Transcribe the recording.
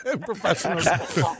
professionals